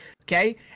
Okay